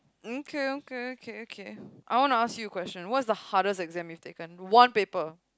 okay okay okay I wanna ask you a questions what's the hardest exam you taken one paper